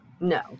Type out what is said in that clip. no